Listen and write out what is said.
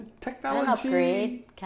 Technology